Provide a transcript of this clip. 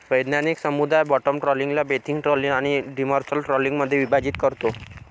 वैज्ञानिक समुदाय बॉटम ट्रॉलिंगला बेंथिक ट्रॉलिंग आणि डिमर्सल ट्रॉलिंगमध्ये विभाजित करतो